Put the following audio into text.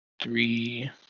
three